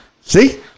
See